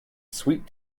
sweet